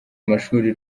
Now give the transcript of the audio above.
amashuri